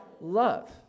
love